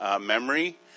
memory